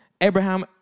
abraham